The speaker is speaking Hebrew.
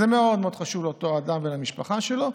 זה מאוד מאוד חשוב לאותו אדם ולמשפחה שלו.